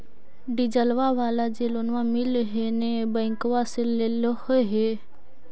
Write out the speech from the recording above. डिजलवा वाला जे लोनवा मिल है नै बैंकवा से लेलहो हे?